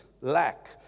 lack